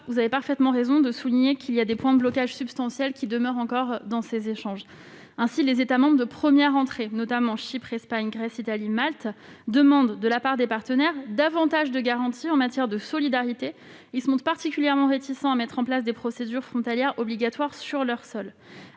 vous avez parfaitement raison de souligner que des points de blocage substantiels demeurent encore dans ces échanges. Ainsi, les États membres de première entrée, notamment Chypre, l'Espagne, la Grèce, l'Italie et Malte, demandent de la part de leurs partenaires davantage de garanties en matière de solidarité. Ils se montrent particulièrement réticents à mettre en place des procédures frontalières obligatoires sur leur sol.